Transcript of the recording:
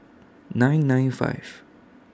nine nine five